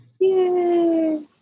Yay